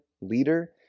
leader